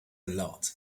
lot